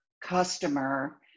customer